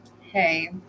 Hey